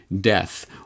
death